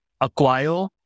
acquire